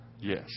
Yes